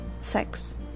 sex